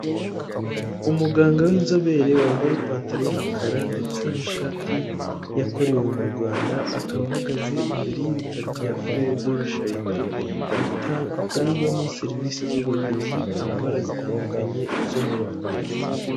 Umuganga w'inzobere wambaye ipantaro y'umukara ndetse n'ishati yakorewe mu Rwanda, akaba ahagaze imbere y'ibitaro bya furere do la sharite, bikorerwamo serivisi z'ubuvuzi ku ndwara zitandukanye zo mu mutwe.